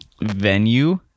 venue